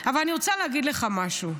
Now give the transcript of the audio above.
אבל אני רוצה להגיד לך משהו: